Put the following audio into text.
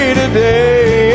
today